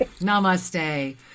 Namaste